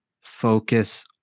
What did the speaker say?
focus